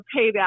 payback